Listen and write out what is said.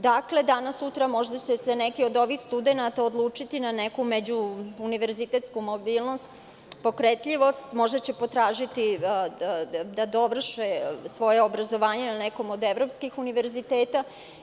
Dakle, danas sutra, možda će se neki od ovih studenata odlučiti na neku međuuniverzitetsku mobilnost, pokretljivost, možda će potražiti da dovrši svoje obrazovanje na nekom od evropskih univerziteta.